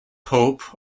hope